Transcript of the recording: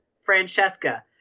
Francesca